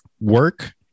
work